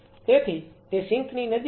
તેથી તે સિંક ની નજીક છે